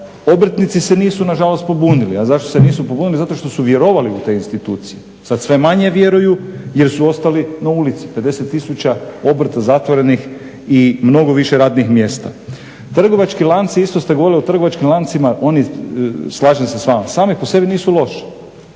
Obrtnici se nisu na žalost pobunili. A zašto se nisu pobunili? Zato što su vjerovali u te institucije. Sad sve manje vjeruju jer su ostali na ulici, 50000 obrta zatvorenih i mnogo više radnih mjesta. Trgovački lanci, isto ste govorili o trgovačkim lancima. Oni, slažem se s vama sami po sebi nisu loši.